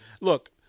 look